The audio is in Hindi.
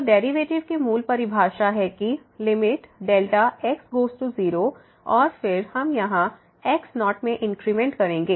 तो डेरिवेटिव की मूल परिभाषा है कि limit delta x goes to 0 है और फिर हम यहां x0 में इंक्रीमेंट करेंगे